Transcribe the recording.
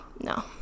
no